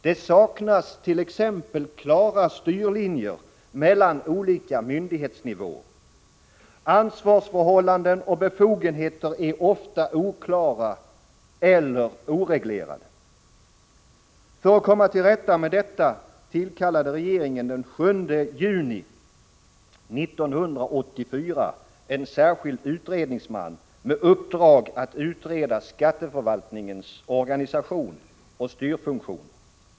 Det saknas t.ex. klara styrlinjer mellan olika myndighetsnivåer. Ansvarsförhållanden och befogenheter är ofta oklara och oreglerade. För att komma till rätta med detta tillkallade regeringen den 7 juni 1984 en särskild utredningsman med uppdrag att utreda skatteförvaltningens organisation och styrfunktion.